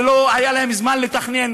ולא היה להם זמן לתכנן,